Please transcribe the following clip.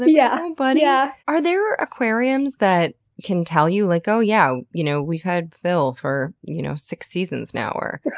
yeah but yeah are there aquariums that can tell you, like, oh yeah, you know we've had phil for you know six seasons now, or?